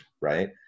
right